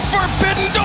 Forbidden